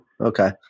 Okay